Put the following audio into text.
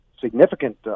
significant